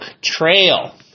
Trail